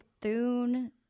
Thune